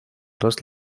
dos